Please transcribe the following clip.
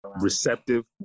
Receptive